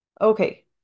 Okay